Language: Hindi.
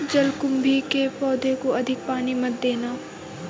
जलकुंभी के पौधों में अधिक पानी मत देना